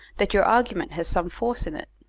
that your argument has some force in it.